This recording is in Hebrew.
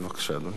בבקשה, אדוני.